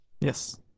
Yes